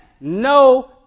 No